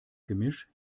gemisch